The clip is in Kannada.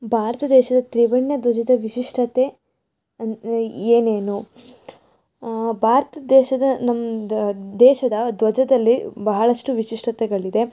ಭಾರತ ದೇಶದ ತ್ರಿವರ್ಣ ಧ್ವಜದ ವಿಶಿಷ್ಟತೆ ಅಂದ್ರ್ ಏನೇನು ಭಾರ್ತ ದೇಶದ ನಮ್ದು ದೇಶದ ಧ್ವಜದಲ್ಲಿ ಬಹಳಷ್ಟು ವಿಶಿಷ್ಟತೆಗಳಿದೆ